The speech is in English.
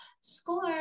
score